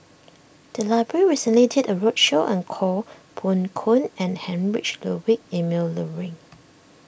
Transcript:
the library recently did a roadshow on Koh Poh Koon and Heinrich Ludwig Emil Luering